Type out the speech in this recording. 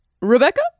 Rebecca